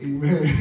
Amen